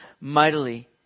mightily